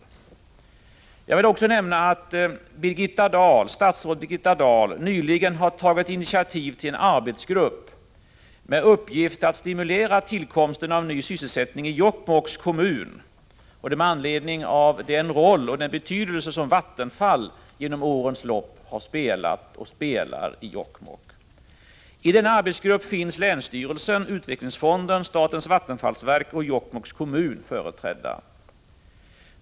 SE ES a SR SERA Jag vill också nämna att statsrådet Birgitta Dahl nyligen har tagit initiativ Om boardp Kodaks ;;: ä äm tionen i Piteå och Jokktill en arbetsgrupp, med uppgift att stimulera tillkomsten av ny sysselsättning kk mokk, m.m. i Jokkmokks kommun, med anledning av den betydelse som Vattenfall genom åren spelat, och spelar, i Jokkmokk. I arbetsgruppen finns länsstyrelsen, utvecklingsfonden, statens vattenfallsverk och Jokkmokks kommun företrädda.